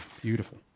beautiful